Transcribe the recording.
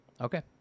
Okay